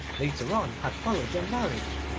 later on had followed the marriage,